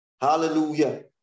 Hallelujah